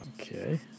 Okay